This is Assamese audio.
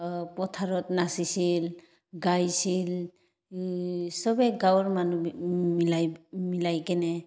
পথাৰত নাচিছিল গাইছিল চবেই গাঁৱৰ মানুহ মিলাই মিলাই কেনে